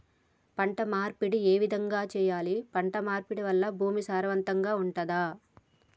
పంట మార్పిడి ఏ విధంగా చెయ్యాలి? పంట మార్పిడి వల్ల భూమి సారవంతంగా ఉంటదా?